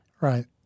Right